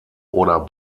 oder